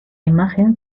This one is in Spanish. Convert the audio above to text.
imagen